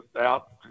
out